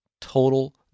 total